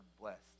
blessed